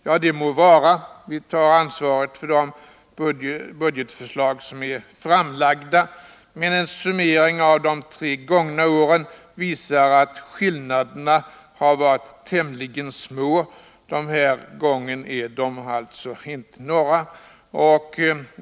Ja, det må så vara — vi tar ansvaret för de budgetförslag som är framlagda. Men en summering av de förslag som framförts de tre gångna åren visar att skillnaderna har varit tämligen små, och den här gången är det alltså inte några skillnader.